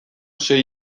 sei